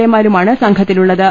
A മാരുമാണ് സംഘത്തിലുള്ളത്